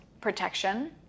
protection